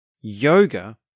yoga